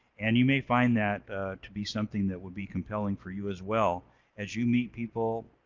and you may find that to be something that would be compelling for you as well as you meet people